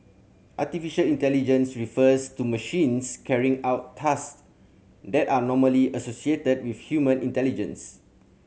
artificial intelligence refers to machines carrying out task that are normally associated with human intelligence